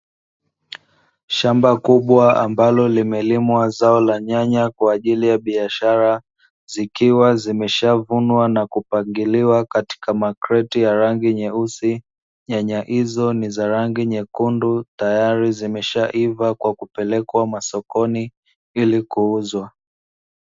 Shamba kubwa ambalo limelimwa zao la nyanya kwajili ya biashara zikiwa zimeshavunwa na kupangiliwa katika magreti ya rangi nyeusi nyanya hizo ni zarangi nyekundu tayari zimeshaiva kwa kupelekwa sokoni ili kuuzwa.